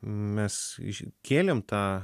mes iškėlėm tą